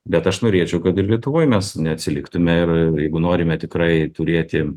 bet aš norėčiau kad ir lietuvoj mes neatsiliktume ir jeigu norime tikrai turėti